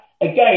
Again